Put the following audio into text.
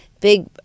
big